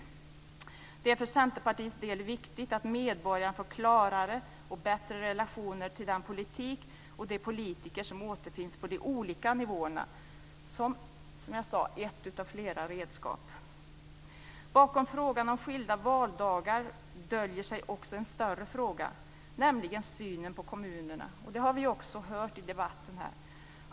Det är för Centerpartiets del viktigt att medborgarna får klarare och bättre relationer till den politik och de politiker som återfinns på de olika nivåerna, som ett av flera redskap. Bakom frågan om skilda valdagar döljer sig också en större fråga, nämligen synen på kommunerna. Det har vi också hört i debatten här.